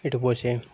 একটু বসে